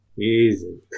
Easy